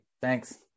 Thanks